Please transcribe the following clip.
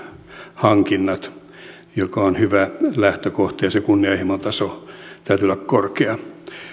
hankinnat mikä on hyvä lähtökohta ja sen kunnianhimon tason täytyy olla korkea